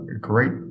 great